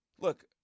look